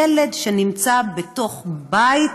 ילד שנמצא בתוך בית